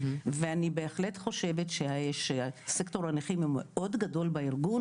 ואני בהחלט חושבת שהסקטור הנכים הוא מאוד גדול בארגון